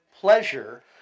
pleasure